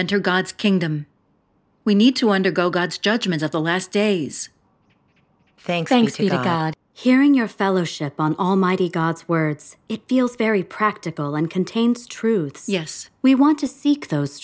enter god's kingdom we need to undergo god's judgment of the last days thank god hearing your fellowship on almighty god's words it feels very practical and contains truth yes we want to seek those